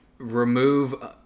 remove